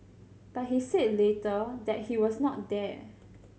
but he said later that he was not there